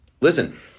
listen